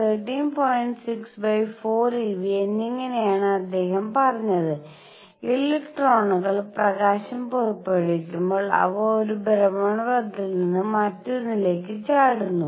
64 eV എന്നിങ്ങനെയാണ് അദ്ദേഹം പറഞ്ഞത് ഇലക്ട്രോണുകൾ പ്രകാശം പുറപ്പെടുവിക്കുമ്പോൾ അവ ഒരു ഭ്രമണപഥത്തിൽ നിന്ന് മറ്റൊന്നിലേക്ക് ചാടുന്നു